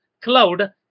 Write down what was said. cloud